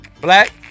Black